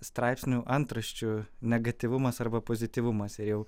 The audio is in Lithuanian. straipsnių antraščių negatyvumas arba pozityvumas ir jau